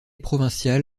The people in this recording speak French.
provincial